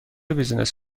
بیزینس